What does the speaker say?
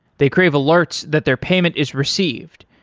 they crave alerts that their payment is received.